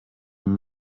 den